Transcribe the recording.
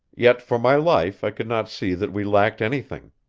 yet for my life i could not see that we lacked anything.